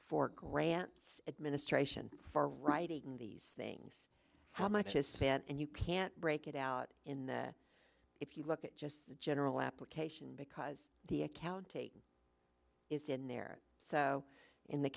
for grants administration for writing these things how much is spent and you can't break it out in that if you look at just the general application because the accounting is in there so in the